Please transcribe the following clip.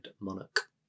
monarch